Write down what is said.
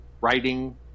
writing